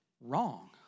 wrong